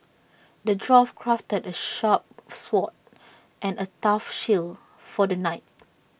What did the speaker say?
the dwarf crafted A sharp sword and A tough shield for the knight